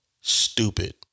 stupid